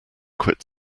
quit